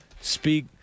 speak